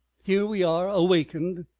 here we are awakened!